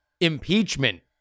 impeachment